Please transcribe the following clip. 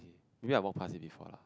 maybe I more pass uni for lah